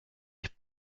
ich